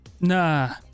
Nah